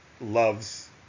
loves